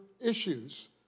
issues